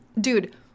dude